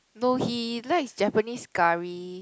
no he likes Japanese curry